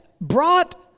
brought